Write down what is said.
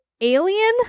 alien